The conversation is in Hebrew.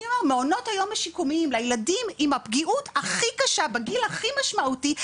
מעונות היום השיקומיים לילדים עם הפגיעות הכי קשה בגיל הכי משמעותי,